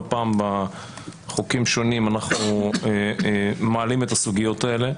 לא פעם בחוקים שונים אנחנו מעלים את הסוגיות האלה.